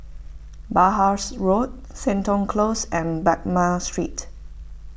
Penhas Road Seton Close and Baghdad Street